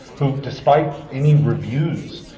who despite any reviews,